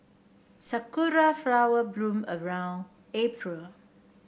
sakura flower bloom around April